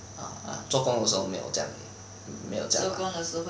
ah 做工的时候没有这样没有这样 ah